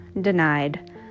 Denied